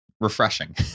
refreshing